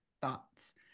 thoughts